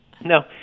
No